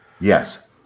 Yes